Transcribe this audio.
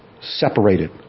separated